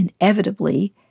inevitably